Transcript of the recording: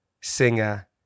singer